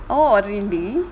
oh really